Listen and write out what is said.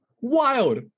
wild